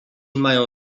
mają